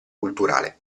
culturale